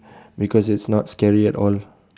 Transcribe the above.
because it's not scary at all